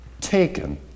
taken